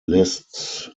lists